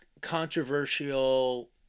controversial